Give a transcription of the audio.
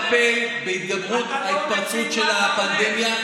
אנחנו חייבים לטפל בהתגברות ההתפרצות של הפנדמיה,